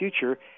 future